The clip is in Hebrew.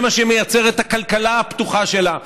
זה מה שמייצר את הכלכלה הפתוחה שלה,